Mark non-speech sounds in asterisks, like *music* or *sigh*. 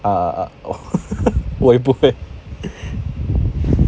uh *laughs* 我也不会